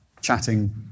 chatting